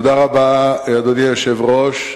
אדוני היושב-ראש,